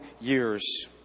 years